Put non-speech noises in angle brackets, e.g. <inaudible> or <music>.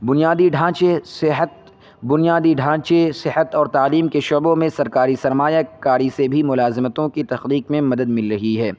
بنیادی ڈھانچے صحت بنیادی ڈھانچے صحت اور تعلیم کے شعبوں میں سرکاری سرمایہ کاری سے بھی ملازمتوں کی <unintelligible> میں مدد مل رہی ہے